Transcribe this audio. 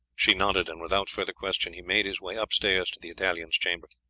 she nodded, and without further question he made his way upstairs to the italian's chamber.